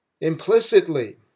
implicitly